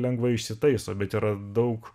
lengvai išsitaiso bet yra daug